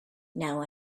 now